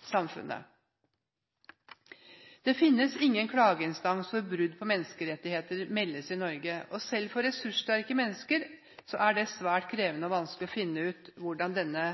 samfunnet. Det finnes ingen klageinstans hvor brudd på menneskerettigheter meldes til i Norge, og selv for ressurssterke mennesker er det svært krevende og vanskelig å finne ut hvordan denne